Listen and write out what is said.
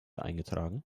eingetragen